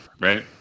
Right